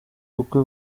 ubukwe